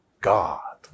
God